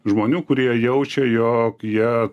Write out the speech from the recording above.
žmonių kurie jaučia jog jie